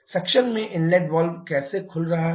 suction में inlet valve कैसे खुल रहा है